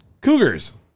Cougars